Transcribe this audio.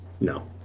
No